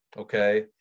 okay